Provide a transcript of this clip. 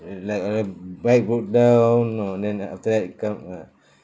like uh bike broke down know then uh after that you come uh